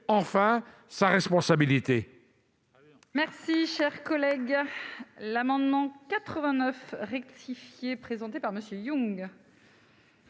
enfin, sa responsabilité